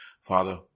Father